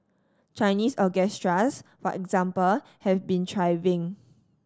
Chinese orchestras for example have been thriving